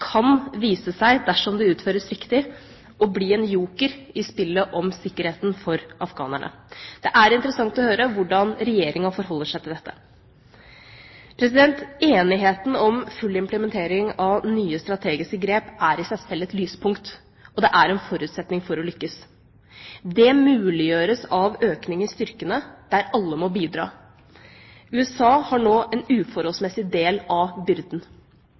kan vise seg, dersom det utføres riktig, å bli en joker i spillet om sikkerheten for afghanerne. Det er interessant å høre hvordan Regjeringa forholder seg til dette. Enigheten om full implementering av nye strategiske grep er i seg sjøl et lyspunkt, og det er en forutsetning for å lykkes. Det muliggjøres av økning i styrkene der alle må bidra. USA har nå en uforholdsmessig del av byrden,